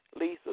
Lisa